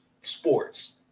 sports